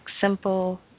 Simple